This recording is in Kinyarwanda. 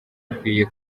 akwiye